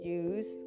use